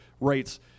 rates